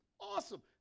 awesome